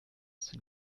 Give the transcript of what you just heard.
sind